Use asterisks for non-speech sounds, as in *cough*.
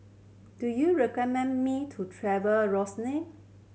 do you recommend me to travel *unintelligible*